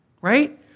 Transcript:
right